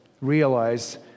realize